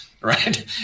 Right